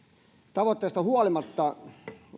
tavoitteista huolimatta